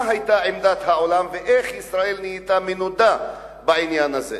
מה היתה עמדת העולם ואיך ישראל נהייתה מנודה בעניין הזה.